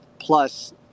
Plus